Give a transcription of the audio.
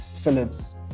Phillips